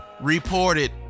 reported